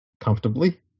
comfortably